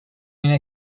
اینه